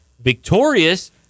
victorious